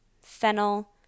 fennel